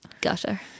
gutter